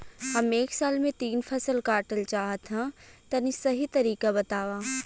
हम एक साल में तीन फसल काटल चाहत हइं तनि सही तरीका बतावा?